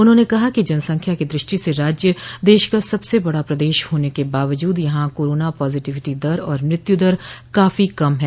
उन्होंने कहा कि जनसंख्या की दृष्टि से राज्य देश का सबसे बड़ा प्रदेश होने के बावजूद यहां कोरोना पॉजिटिविटी दर और मृत्युदर काफी कम है